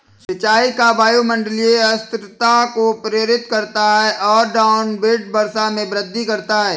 सिंचाई का वायुमंडलीय अस्थिरता को प्रेरित करता है और डाउनविंड वर्षा में वृद्धि करता है